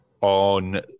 On